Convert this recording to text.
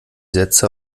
sätze